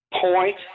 point